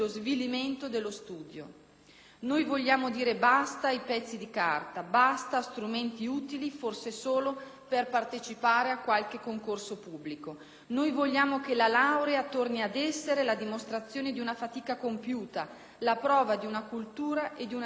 Noi vogliamo dire basta ai pezzi di carta, basta a strumenti utili, forse, solo per partecipare a qualche concorso pubblico. Noi vogliamo che la laurea torni ad essere la dimostrazione di una fatica compiuta, la prova di una cultura e di una capacità conseguita.